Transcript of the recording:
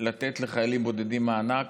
לתת לחיילים בודדים מענק,